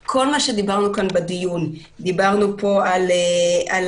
דיברנו כאן על ייעוד מכרזים, שהוא באמת